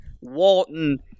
Walton